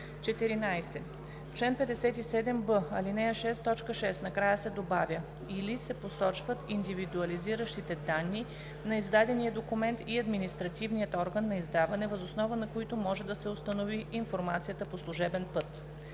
14. В чл. 57б, ал. 6, т. 6 накрая се добавя „или се посочват индивидуализиращите данни на издадения документ и административният орган на издаване, въз основа на които може да се установи информацията по служебен път“.